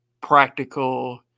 practical